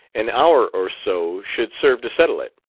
an hour or so should serve to settle it.